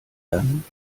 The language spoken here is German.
dann